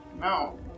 No